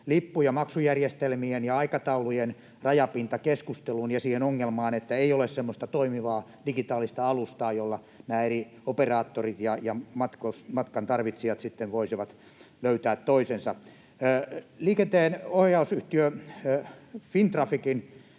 lippu‑ ja maksujärjestelmien ja aikataulujen rajapintakeskusteluun ja siihen ongelmaan, että ei ole semmoista toimivaa digitaalista alustaa, jolla nämä eri operaattorit ja matkan tarvitsijat sitten voisivat löytää toisensa. Liikenteenohjausyhtiö Fintrafficin